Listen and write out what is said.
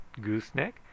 Gooseneck